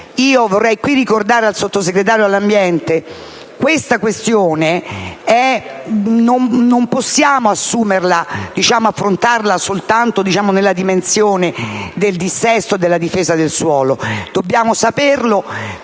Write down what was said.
Vorrei qui ricordare al Sottosegretario per l'ambiente che questa questione non possiamo affrontarla soltanto nella dimensione del dissesto e della difesa del suolo. Dobbiamo sapere